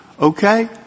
okay